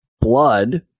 blood